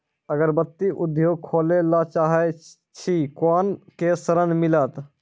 अगरबत्ती उद्योग खोले ला चाहे छी कोना के ऋण मिलत?